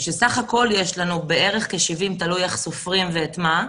בסך הכול יש לנו בערך 70, תלוי איך סופרים ואת מה,